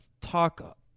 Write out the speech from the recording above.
talk